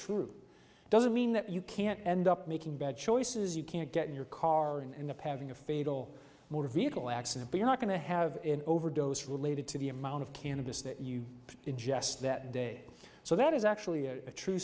true doesn't mean that you can't end up making bad choices you can't get in your car in a passing a fatal motor vehicle accident but you're not going to have an overdose related to the amount of cannabis that you ingest that day so that is actually a true